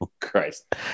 Christ